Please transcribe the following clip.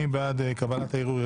מי בעד קבלת הערעור?